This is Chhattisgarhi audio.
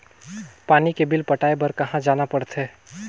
पानी के बिल पटाय बार कहा जाना पड़थे?